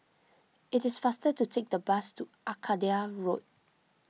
it is faster to take the bus to Arcadia Road